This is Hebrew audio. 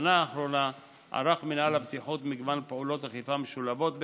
בשנה האחרונה ערך מנהל הבטיחות מגוון פעולות אכיפה משולבות,